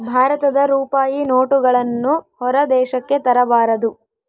ಭಾರತದ ರೂಪಾಯಿ ನೋಟುಗಳನ್ನು ಹೊರ ದೇಶಕ್ಕೆ ತರಬಾರದು